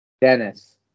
Dennis